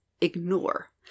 ignore